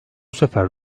sefer